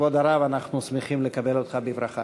כבוד הרב, אנחנו שמחים לקבל אותך בברכה.